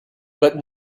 but